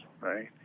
right